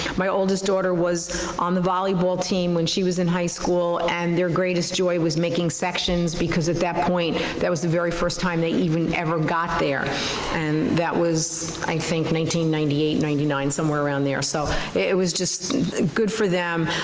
my oldest daughter was on the volleyball team when she was in high school and their greatest joy was making sections because at that point, that was the very first time they even ever got there and that was, i think, one ninety ninety nine, somewhere around there so it was just good for them.